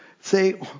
say